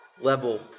level